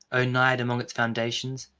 oh, naiad among its fountains!